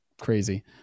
crazy